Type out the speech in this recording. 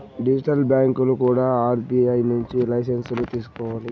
digital బ్యాంకులు కూడా RBI నుంచి లైసెన్సులు తీసుకోవాలి